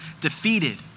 defeated